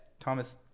Thomas